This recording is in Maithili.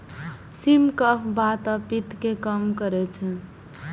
सिम कफ, बात आ पित्त कें कम करै छै